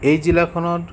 এই জিলাখনত